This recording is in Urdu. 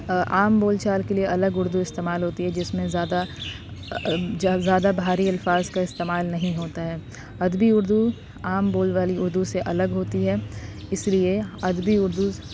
عام بول چالے کے لیے الگ اردو استعمال ہوتی ہے جس میں زاادہ زادہ بھاری الفاظ کا استعمال نہیں ہوتا ہے ادبی اردو عام بول والی اردو سے الگ ہوتی ہے اس لیے ادبی اردو